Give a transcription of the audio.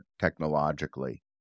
technologically